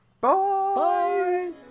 Bye